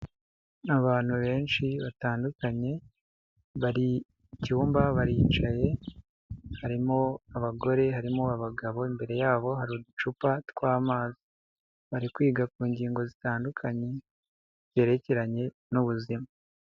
Abantu benshi batandukanye bari mu cyumba baricaye, harimo abagore, harimo abagabo, imbere yabo hari uducupa tw'amazi, bari kwiga ku ngingo zitandukanye zerekeranye n'ubuzima.